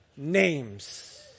Names